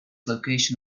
location